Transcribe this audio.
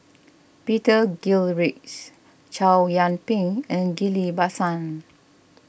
Peter Gilchrist Chow Yian Ping and Ghillie Basan